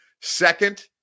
Second